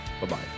Bye-bye